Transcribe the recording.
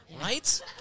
right